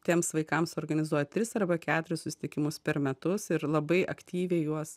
tiems vaikams organizuoja tris arba keturis susitikimus per metus ir labai aktyviai juos